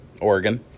Oregon